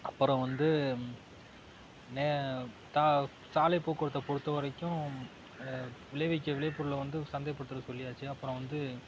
அப்புறம் வந்து நே தா சாலை போக்குவரத்தை பொறுத்தவரைக்கும் விளைவிக்கும் விளைப்பொருளை வந்து சந்தைப்படுத்துகிறது சொல்லியாச்சு அப்புறம் வந்து